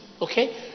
okay